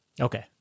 Okay